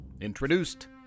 Introduced